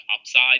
upside